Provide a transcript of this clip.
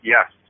Yes